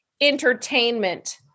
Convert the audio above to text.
entertainment